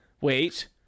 Wait